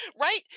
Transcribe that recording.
Right